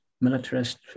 militarist